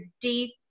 deep